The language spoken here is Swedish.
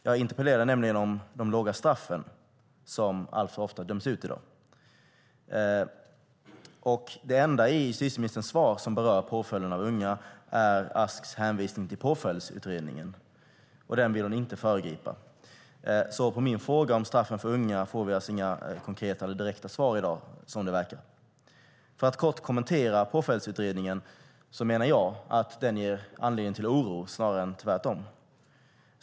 Jag interpellerar nämligen om de låga straffen som alltför ofta döms ut i dag. Det enda i justitieministerns svar som berör påföljden av unga är Asks hänvisning till Påföljdsutredningen, och den vill hon inte föregripa. På min fråga om straff för unga får jag inga konkreta eller direkta svar i dag - som det verkar. Jag menar att Påföljdsutredningen ger anledning till oro snarare än tvärtom.